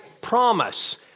promise